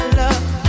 love